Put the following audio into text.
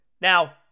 Now